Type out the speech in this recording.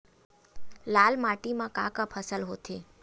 लाल माटी म का का फसल होथे?